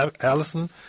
Allison